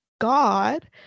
god